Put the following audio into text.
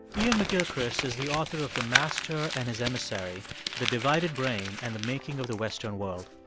iain mcgilchrist is the author of the master and his emissary the divided brain and the making of the western world.